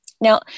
Now